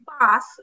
pass